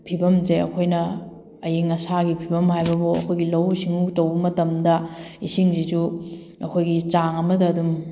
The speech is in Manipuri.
ꯐꯤꯕꯝꯁꯦ ꯑꯩꯈꯣꯏꯅ ꯑꯌꯤꯡ ꯑꯁꯥꯒꯤ ꯐꯤꯕꯝ ꯍꯥꯏꯕꯕꯨ ꯑꯩꯈꯣꯏꯒꯤ ꯂꯧꯎ ꯁꯤꯡꯎ ꯇꯧꯕ ꯃꯇꯝꯗ ꯏꯁꯤꯡꯁꯤꯁꯨ ꯑꯩꯈꯣꯏꯒꯤ ꯆꯥꯡ ꯑꯃꯗ ꯑꯗꯨꯝ